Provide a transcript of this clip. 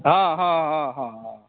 हँ हँ हँ हँ हँ